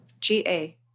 G-A